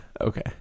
Okay